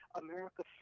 America